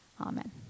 Amen